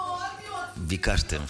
ביקשתם.